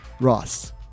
Ross